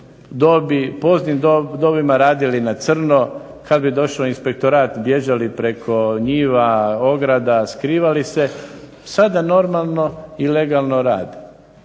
poznoj dobi radili na crno kada bi došao inspektorat bježali preko njiva, ograda, skrivali se, a sada normalno i legalno rade